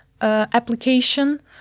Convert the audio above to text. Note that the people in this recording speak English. application